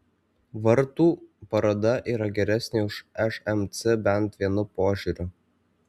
vartų paroda yra geresnė už šmc bent vienu požiūriu